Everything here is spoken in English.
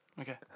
Okay